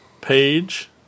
page